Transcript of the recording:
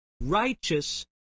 righteous